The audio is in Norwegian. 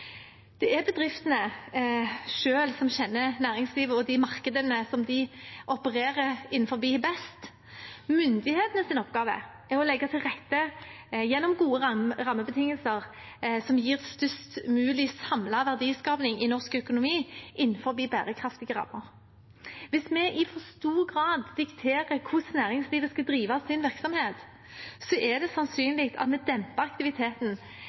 Det er bedriftene selv som best kjenner næringslivet og de markedene de opererer innenfor. Myndighetenes oppgave er å legge til rette gjennom gode rammebetingelser som gir størst mulig samlet verdiskaping i norsk økonomi innenfor bærekraftige rammer. Hvis vi i for stor grad dikterer hvordan næringslivet skal drive sin virksomhet, er det sannsynlig at vi demper aktiviteten